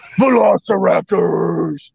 Velociraptors